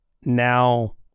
now